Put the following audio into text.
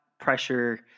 pressure